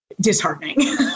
disheartening